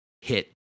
hit